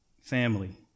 Family